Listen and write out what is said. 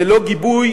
ללא גיבוי